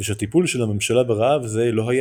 ושהטיפול של הממשלה ברעב זה לא היה